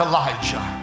Elijah